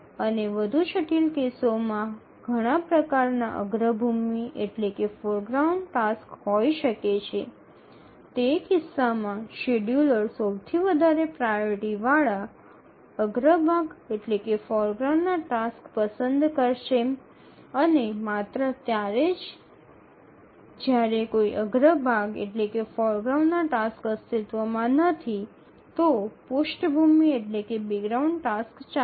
અને વધુ જટિલ કેસોમાં ઘણા પ્રકારનાં અગ્રભૂમિ ટાસક્સ હોઈ શકે છે તે કિસ્સામાં શેડ્યૂલર સૌથી વધારે પ્રાઓરિટી વાળા અગ્રભાગ ના ટાસ્ક પસંદ કરશે અને માત્ર ત્યારે જ જ્યારે કોઈ અગ્રભાગ નાં ટાસક્સ અસ્તિત્વમાં નથી તો પૃષ્ઠભૂમિ ટાસ્ક ચાલશે